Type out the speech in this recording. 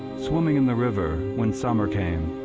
swimming in the river when summer came,